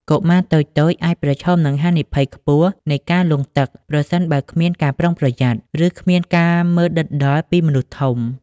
កុមារតូចៗអាចប្រឈមនឹងហានិភ័យខ្ពស់នៃការលង់ទឹក ប្រសិនបើគ្មានការប្រុងប្រយ័ត្ន ឬគ្មានការមើលដិតដល់ពីមនុស្សធំ។